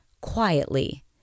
quietly